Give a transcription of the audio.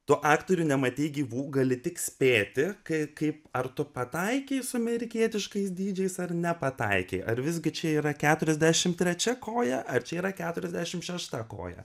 tu aktorių nematei gyvų gali tik spėti kai kaip ar tu pataikei su amerikietiškais dydžiais ar nepataikei ar visgi čia yra keturiasdešim trečia koja ar čia yra keturiasdešim šešta koja